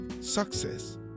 success